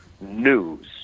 news